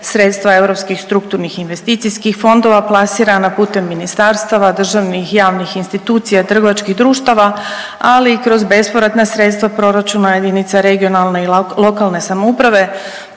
sredstva Europskih strukturnih i investicijskih fondova plasirana putem ministarstava, državnih i javnih institucija, trgovačkih društava, ali i kroz bespovratna sredstva proračuna JRLS, te putem kreditnih sredstava